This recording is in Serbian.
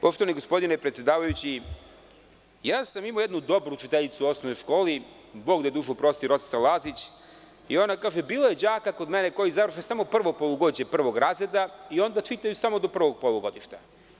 Poštovani gospodine predsedavajući, imao sam jednu dobru učiteljicu u osnovnoj školi, Bog da joj dušu prosti, Rosica Lazić i ona kaže – bilo je đaka kod mene koji završe samo prvo polugodište prvog razreda i onda čitaju samo do prvog polugodišta.